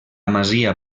masia